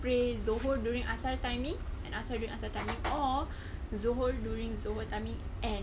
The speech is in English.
pray zohor during asar timing and asar during timing or zohor during zohor timing and